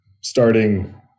starting